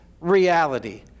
reality